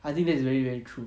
I think that's very very true